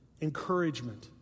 encouragement